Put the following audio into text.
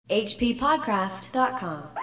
hppodcraft.com